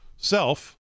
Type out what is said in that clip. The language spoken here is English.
self